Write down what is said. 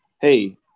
hey